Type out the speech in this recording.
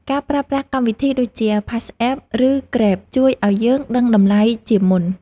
ការប្រើប្រាស់កម្មវិធីដូចជា PassApp ឬ Grab ជួយឱ្យយើងដឹងតម្លៃជាមុន។